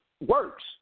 works